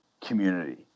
community